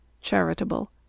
Charitable